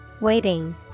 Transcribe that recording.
Waiting